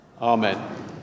Amen